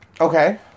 okay